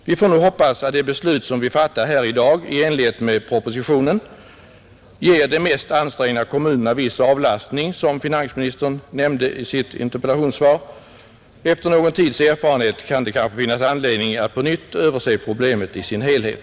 Vi får nu hoppas att det beslut som vi fattar här i dag i enlighet med propositionen ger de mest ansträngda kommunerna viss avlastning, som finansministern nämnde i sitt interpellationssvar. Efter någon tids erfarenhet kan det finnas anledning att på nytt överse problemet i dess helhet.